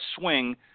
swing